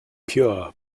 pure